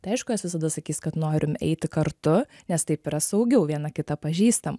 tai aišku jos visada sakys kad norim eiti kartu nes taip yra saugiau viena kitą pažįstam